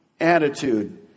attitude